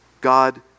God